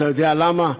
אתה יודע למה?